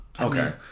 Okay